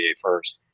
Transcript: first